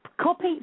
copy